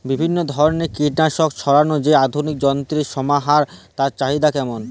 বিভিন্ন ধরনের কীটনাশক ছড়ানোর যে আধুনিক যন্ত্রের সমাহার তার চাহিদা কেমন?